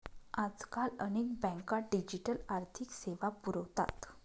आजकाल अनेक बँका डिजिटल आर्थिक सेवा पुरवतात